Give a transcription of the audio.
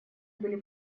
были